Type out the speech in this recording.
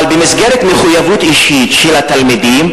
אבל במסגרת מחויבות אישית של התלמידים,